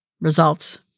results